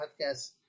podcast